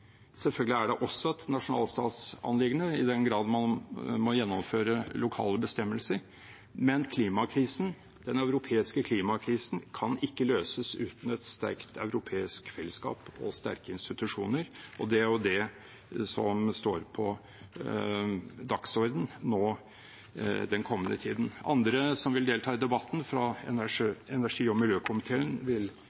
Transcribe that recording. Selvfølgelig er det også et nasjonalstatsanliggende, i den grad man må gjennomføre lokale bestemmelser, men klimakrisen, den europeiske klimakrisen, kan ikke løses uten et sterkt europeisk fellesskap og sterke institusjoner, og det er jo det som står på dagsordenen nå i den kommende tiden. Andre som vil delta i debatten, fra